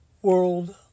World